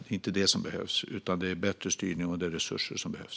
Det är inte det som behövs, utan det är bättre styrning och resurser som behövs.